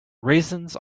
raisins